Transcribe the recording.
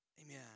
Amen